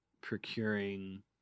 procuring